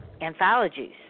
anthologies